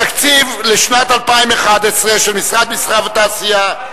ובכן, לתקציב לשנת 2011 של משרד המסחר והתעשייה,